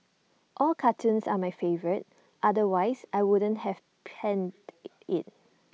all cartoons are my favourite otherwise I wouldn't have penned IT it